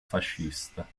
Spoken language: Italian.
fascista